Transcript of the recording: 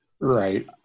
right